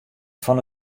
fan